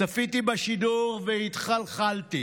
צפיתי בשידור והתחלחלתי,